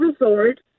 Resort